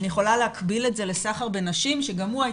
אני יכולה להקביל את זה לסחר בנשים שגם הוא היה